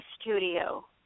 studio